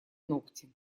ногти